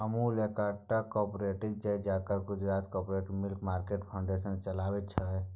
अमुल एकटा कॉपरेटिव छै जकरा Gujarat cooperative milk market federation चलबै छै